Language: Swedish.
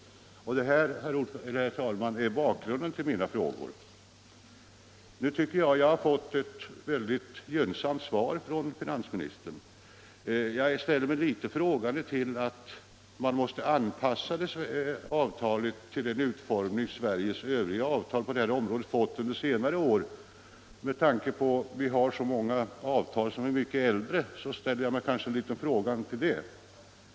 Herr talman, det här är bakgrunden till mina frågor. Nu tycker jag att jag har fått ett mycket gynnsamt svar från finansministern. Jag är förvånad över att man måste anpassa avtalet till den utformning Sveriges övriga avtal fått under senare år och med tanke på att vi har så många avtal som är mycket äldre ställer jag mig frågande till det.